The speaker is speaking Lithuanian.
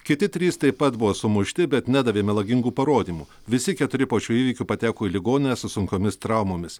kiti trys taip pat buvo sumušti bet nedavė melagingų parodymų visi keturi po šių įvykių pateko į ligoninę su sunkiomis traumomis